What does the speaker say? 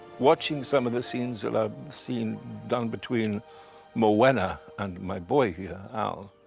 watching some of the scenes ah the scene done between morwenna and my boy here, al,